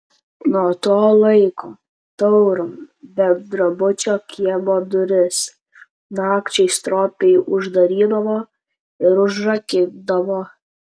nuo to laiko tauro bendrabučio kiemo duris nakčiai stropiai uždarydavo ir užrakindavo